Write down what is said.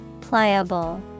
Pliable